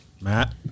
matt